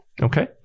okay